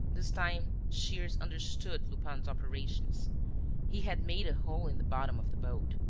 this time, shears understood lupin's operations he had made a hole in the bottom of the boat.